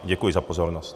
Děkuji za pozornost.